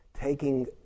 taking